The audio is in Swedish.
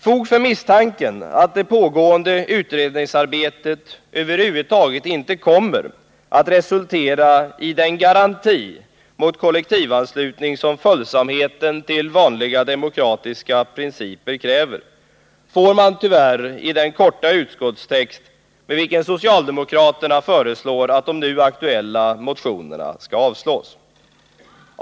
Fog för misstanken att det pågående utredningsarbetet över huvud taget inte kommer att resultera i den garanti mot kollektivanslutning som följsamheten till vanliga demokratiska principer kräver får man tyvärr i den korta utskottstext med vilken socialdemokraterna föreslår att de nu aktuella motionerna skall avslås.